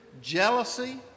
jealousy